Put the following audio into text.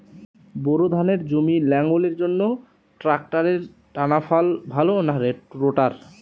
Bore ধানের জমি লাঙ্গলের জন্য ট্রাকটারের টানাফাল ভালো না রোটার?